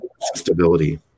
stability